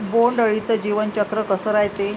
बोंड अळीचं जीवनचक्र कस रायते?